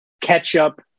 ketchup